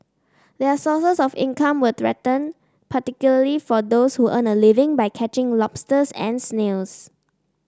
their sources of income were threatened particularly for those who earn a living by catching lobsters and snails